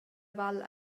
val